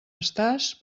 estàs